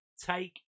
take